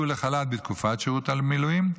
והם הוצאו לחל"ת בתקופת שירות המילואים,